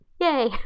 Yay